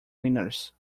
winners